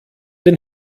den